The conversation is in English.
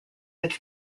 its